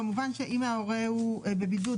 כמובן שאם ההורה הוא בבידוד,